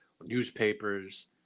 newspapers